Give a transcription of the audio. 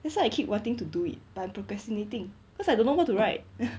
that's why I keep wanting to do it but I'm procrastinating cause I don't know what to write